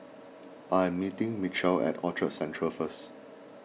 I am meeting Mitchel at Orchard Central first